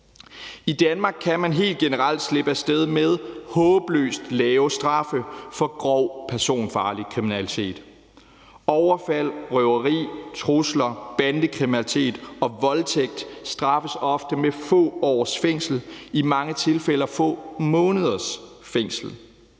I Danmark kan man helt generelt slippe af sted med håbløst lave straffe for grov personfarlig kriminalitet. Overfald, røveri, trusler, bandekriminalitet og voldtægt straffes ofte med få års fængsel og i mange tilfælde få måneders fængsel.